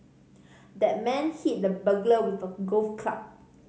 the man hit the burglar with a golf club